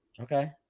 okay